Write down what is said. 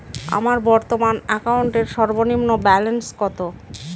আমার বর্তমান অ্যাকাউন্টের সর্বনিম্ন ব্যালেন্স কত?